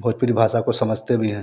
भोजपुरी भाषा को समझते भी हैं